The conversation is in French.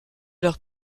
leur